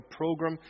program